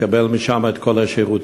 לתת משם את כל השירותים,